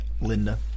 Linda